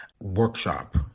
workshop